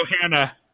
Hannah